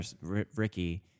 Ricky